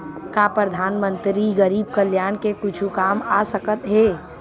का परधानमंतरी गरीब कल्याण के कुछु काम आ सकत हे